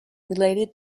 related